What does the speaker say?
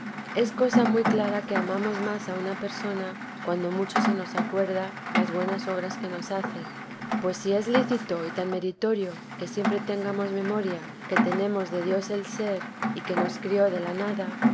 es cosa muy clara que amamos más a una persona cuando mucho se nos acuerda las buenas obras que nos hace pues si es lícito y tan meritorio que siempre tengamos memoria que tenemos de dios el ser y que nos crió de no nada